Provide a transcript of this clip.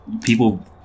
people